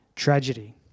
tragedy